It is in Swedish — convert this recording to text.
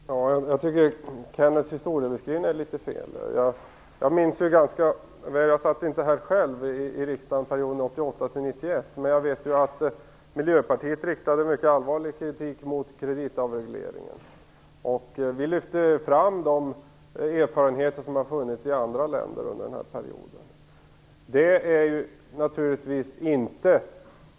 Fru talman! Jag tycker att Kenneth Kvists historiebeskrivning är fel. Jag satt inte själv i riksdagen under perioden 1988-1991, men jag vet att miljöpartiet riktade mycket allvarlig kritik mot kreditavregleringen. Vi lyfte fram de erfarenheter som under den perioden fanns från andra länder.